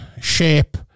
shape